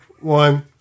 one